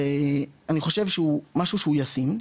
ואני חושב שהוא משהו שהוא ישים,